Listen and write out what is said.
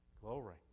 Glory